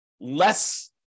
less